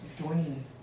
joining